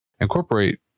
incorporate